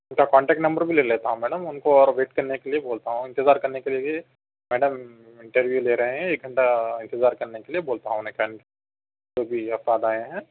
ان کا contact number بھی لے لیتا ہوں میڈم ان کو اور ویٹ کرنے کے لیے بولتا ہوں انتظار کرنے کے لیے بھی میڈم انٹرویو لے رہے ہیں ایک گھنٹہ انتظار کرنے کے لیے بولتا ہوں انہیں جو بھی افراد آئے ہیں